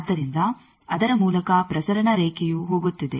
ಆದ್ದರಿಂದ ಅದರ ಮೂಲಕ ಪ್ರಸರಣ ರೇಖೆಯು ಹೋಗುತ್ತಿದೆ